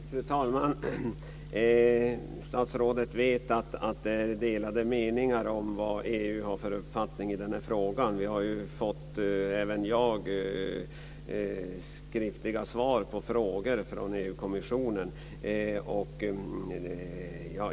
Fru talman! Statsrådet vet att det är delade meningar om vad EU har för uppfattning i denna fråga. Vi har ju fått - även jag - skriftliga svar på frågor till EU-kommissionen.